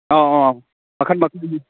ꯑꯣ ꯑꯣ ꯃꯈꯟ ꯃꯈꯟꯅꯤ